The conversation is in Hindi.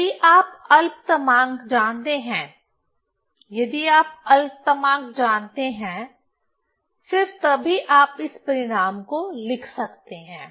यदि आप अल्पतमांक जानते हैं यदि आप अल्पतमांक जानते हैं सिर्फ तभी आप इस परिणाम को लिख सकते हैं